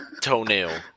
toenail